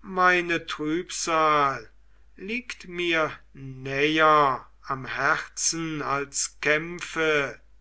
meine trübsal liegt mir näher am herzen als kämpfe